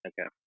Okay